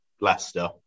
Leicester